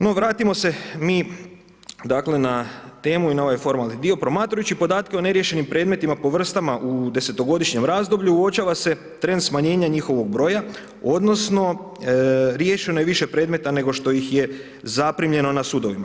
No vratimo se mi dakle na temu i na ovaj formalni dio, promatrajući podatke o neriješenim predmetima po vrstama u desetogodišnjem razdoblju uočava se trend smanjenja njihovog broja odnosno riješeno je više predmeta nego što ih je zaprimljeno na sudovima.